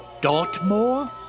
Dartmoor